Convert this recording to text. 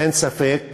אין ספק